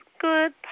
good